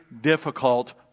difficult